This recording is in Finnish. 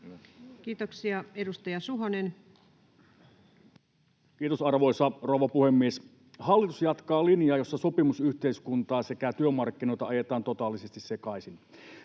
Time: 14:14 Content: Kiitos, arvoisa rouva puhemies! Hallitus jatkaa linjaa, jossa sopimusyhteiskuntaa sekä työmarkkinoita ajetaan totaalisesti sekaisin.